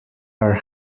are